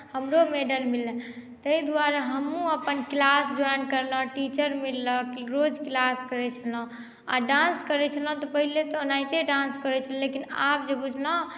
हमरो मैडल मिले ताहि द्वारे हमहूँ अपन क्लास ज्वाइन कयलहुँ टीचर मिललक रोज क्लास करैत छलहुँ आ डांस करैत छलहुँ तऽ पहिले तऽ ओनाहिते डांस करैत छलहुँ लेकिन आब जे बुझलहुँ